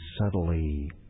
subtly